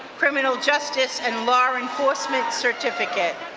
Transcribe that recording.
criminal justice and law enforcement certificate.